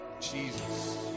Jesus